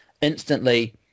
instantly